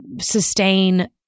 sustain